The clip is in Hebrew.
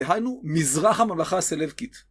דהיינו מזרח המלאכה הסללקית.